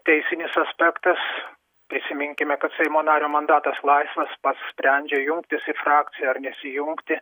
teisinis aspektas prisiminkime kad seimo nario mandatas laisvas pats sprendžia jungtis į frakciją ar nesijungti